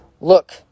Look